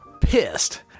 pissed